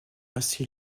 ainsi